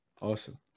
Awesome